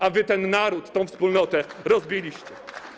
A wy ten naród, tę wspólnotę rozbiliście.